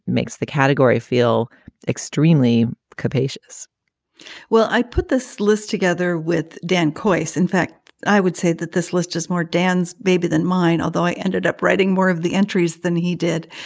makes the category feel extremely capacious well, i put this list together with dan kois. in fact, i would say that this list is more dan's baby than mine, although i ended up writing more of the entries than he did.